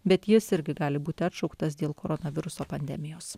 bet jis irgi gali būti atšauktas dėl koronaviruso pandemijos